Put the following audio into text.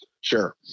Sure